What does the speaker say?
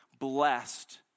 blessed